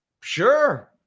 Sure